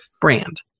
brand